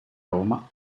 roma